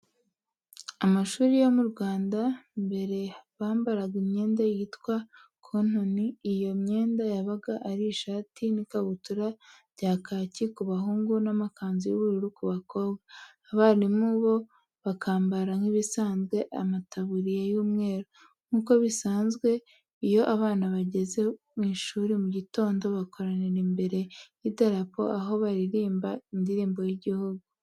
Amashuri yo mu Rwanda mbere bambaraga imyenda yitwa kontoni, iyo myenda yabaga ari ishati n'ikabutura bya kaki ku bahungu n'amakanzu y'ubururu ku bakobwa, abarimu bo bakambara nk'ibisanzwe amataburiya y'umweru. Nk'uko bisanzwe iyo abana bageze ku ishuri mu gitondo bakoranira imbere y'idarapo aho baririmba indirimbo y'igihugu.